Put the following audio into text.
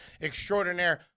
extraordinaire